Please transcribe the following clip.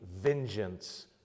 vengeance